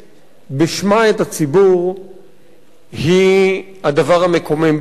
בשמה את הציבור היא הדבר המקומם ביותר.